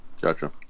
Gotcha